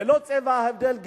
ללא הבדל צבע,